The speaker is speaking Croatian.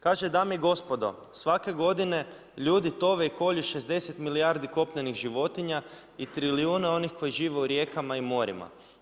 Kaže, dame i gospodo, svake godine ljudi tove i kolju 60 milijardi kopnenih životinja i trilijune onih koji žive u rijekama i morima.